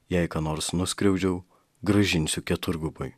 jei ką nors nuskriaudžiau grąžinsiu keturgubai